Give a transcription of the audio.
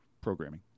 programming